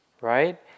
right